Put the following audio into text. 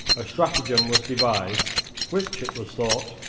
a stratagem was devised which, it was thought,